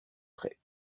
prêt